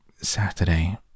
Saturday